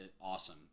awesome